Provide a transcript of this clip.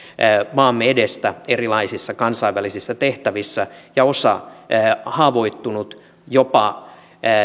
maamme edestä erilaisissa kansainvälisissä tehtävissä ja osa on haavoittunut jopa